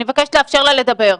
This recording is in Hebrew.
אני מבקשת לאפשר לה לדבר.